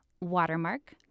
Watermark